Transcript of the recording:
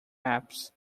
apps